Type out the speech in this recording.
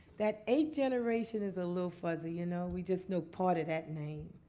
that eight generation is a little fuzzy. you know we just know part of that name.